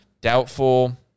doubtful